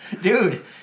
Dude